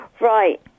right